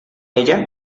ella